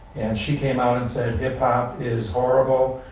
she came out and said hiphop is horrible.